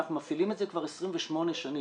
אנחנו מפעילים את זה כבר 28 שנים,